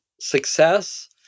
success